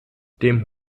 dem